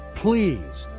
please,